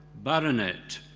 baronet,